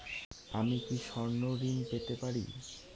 আমি কি স্বর্ণ ঋণ পেতে পারি?